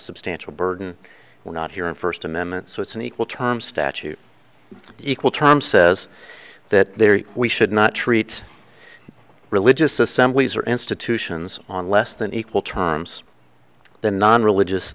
substantial burden we're not hearing first amendment so it's an equal time statute equal term says that we should not treat religious assemblies or institutions on less than equal terms than non religious